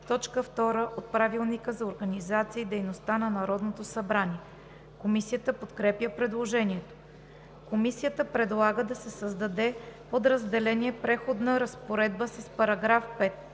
5, т. 2 от Правилника за организацията и дейността на Народното събрание. Комисията подкрепя предложението. Комисията предлага да се създаде подразделение „Преходна разпоредба“ с § 5: